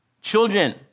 Children